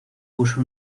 puso